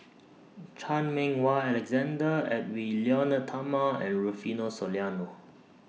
Chan Meng Wah Alexander Edwy Lyonet Talma and Rufino Soliano